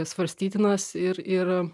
svarstytinas ir ir